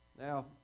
Now